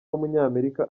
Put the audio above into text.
w’umunyamerika